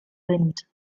wind